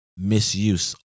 Misuse